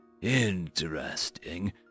Interesting